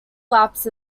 laps